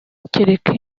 kereka